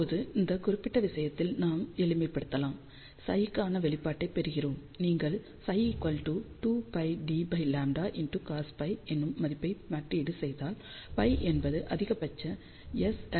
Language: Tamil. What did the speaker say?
இப்போது இந்த குறிப்பிட்ட விஷயத்தை நாம் எளிமைப்படுத்தலாம் ψ க்கான வெளிப்பாட்டைப் பெறுகிறோம் நீங்கள் ψ 2 πd λcosϕ என்னும் மதிப்பை மாற்றீடு செய்தால் ϕ என்பது அதிகபட்ச எஸ்